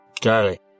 Charlie